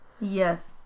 Yes